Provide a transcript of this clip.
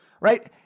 right